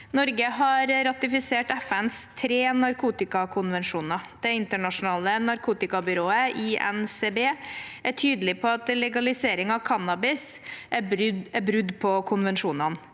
Norge har ratifisert FNs tre narkotikakonvensjoner. Det internasjonale narkotikabyrået, INCB, er tydelig på at legalisering av cannabis er brudd på konvensjonene.